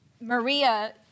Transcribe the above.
Maria